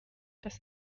das